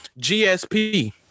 GSP